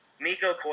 Miko